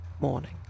morning